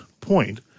point